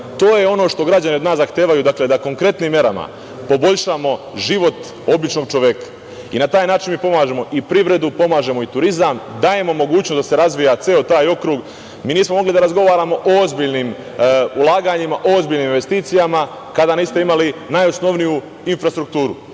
To je ono što građani od nas zahtevaju da konkretnim merama poboljšamo život običnog čoveka i na taj način mi pomažemo i privredu, pomažemo i turizam, dajemo mogućnost da se razvija ceo taj okrug. Mi nismo mogli da razgovaramo o ozbiljnim ulaganjima, o ozbiljnim investicijama kada niste imali najosnovniju infrastrukturu.